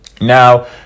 Now